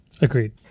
Agreed